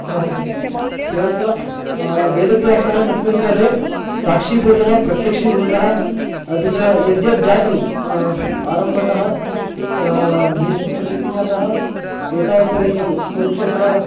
वहति एवञ्च वेदव्यासः तस्मिन् काले साक्षीभूतः प्रत्यक्षीभूतः अपि च यद्यद् जातम् आरम्भतः भीष्मप्रतिज्ञातः एतावत्पर्यन्तं कुरुक्षेत्रं